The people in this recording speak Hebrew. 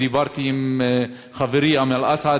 ודיברתי עם חברי אמל אסעד,